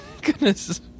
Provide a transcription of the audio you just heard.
Goodness